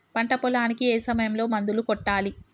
పంట పొలానికి ఏ సమయంలో మందులు కొట్టాలి?